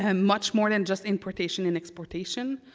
and much more than just importation and exportation.